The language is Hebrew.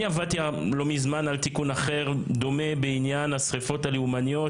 אני עבדתי לא מזמן על תיקון אחר דומה בעניין השרפות הלאומניות